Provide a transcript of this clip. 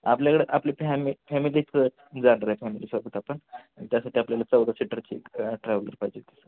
आपल्याकडं आपली फॅमि फॅमिलीच जाणार आहे फॅमिलीसोबत आपण त्यासाठी आपल्याला चौदा सीटरची ट्रॅव्हलर्स पाहिजे होती सर